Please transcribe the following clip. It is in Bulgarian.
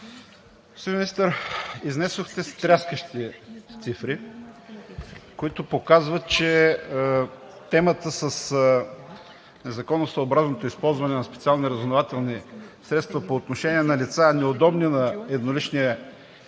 Министър, изнесохте стряскащи цифри, които показват, че темата с незаконосъобразното използване на специални разузнавателни средства по отношение на лица, неудобни на едноличния